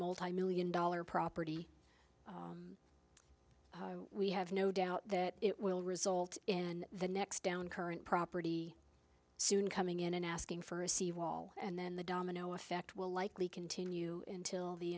a million dollar property we have no doubt that it will result in the next down current property soon coming in and asking for a seawall and then the domino effect will likely continue until the